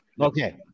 Okay